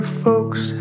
folks